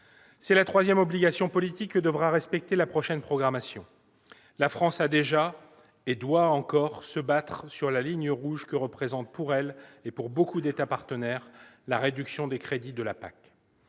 est la troisième obligation politique que devra respecter la prochaine programmation. La France s'est déjà battue, et doit encore se battre, pour défendre la ligne rouge que représente, pour elle comme pour beaucoup d'États partenaires, la réduction des crédits de la PAC.